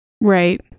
Right